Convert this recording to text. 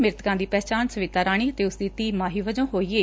ਮ੍ਰਿਤਕਾਂ ਦੀ ਪਛਾਣ ਸਵਿਤਾ ਰਾਣੀ ਅਤੇ ਉਸਦੀ ਧੀ ਮਾਹੀ ਵਜੌ ਹੋਈ ਏ